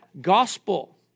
gospel